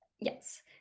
Yes